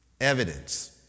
Evidence